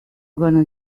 gonna